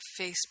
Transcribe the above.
Facebook